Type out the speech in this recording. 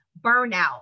burnout